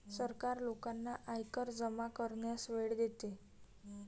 सरकार लोकांना आयकर जमा करण्यास वेळ देते